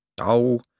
Oh